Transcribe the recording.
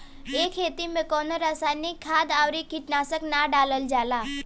ए खेती में कवनो रासायनिक खाद अउरी कीटनाशक ना डालल जाला